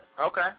Okay